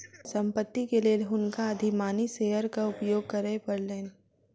संपत्ति के लेल हुनका अधिमानी शेयरक उपयोग करय पड़लैन